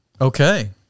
Okay